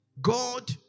God